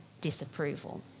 disapproval